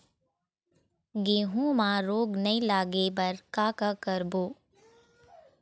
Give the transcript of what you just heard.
गेहूं म रोग नई लागे बर का का करबो?